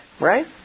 right